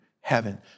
heaven